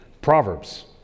Proverbs